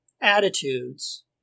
attitudes